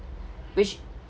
which